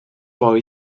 boy